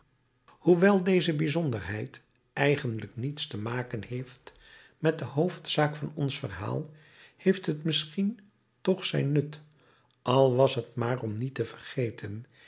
hoewel deze bijzonderheid eigenlijk niets te maken heeft met de hoofdzaak van ons verhaal heeft het misschien toch zijn nut al was het maar om niet te vergeten